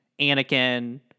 Anakin